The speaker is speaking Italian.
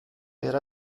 per